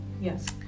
yes